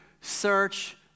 search